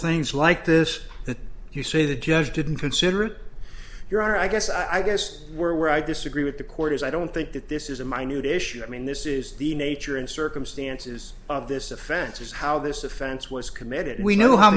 things like this that you say the judge didn't consider it your honor i guess i guess were i disagree with the court is i don't think that this is a minute issue i mean this is the nature and circumstances of this offense is how this offense was committed we know how